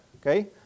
Okay